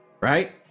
right